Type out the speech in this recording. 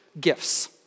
Gifts